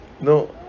No